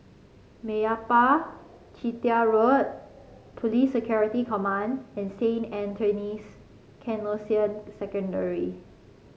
Meyappa Chettiar Road Police Security Command and Saint Anthony's Canossian Secondary